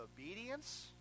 obedience